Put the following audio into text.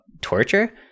torture